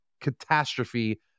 catastrophe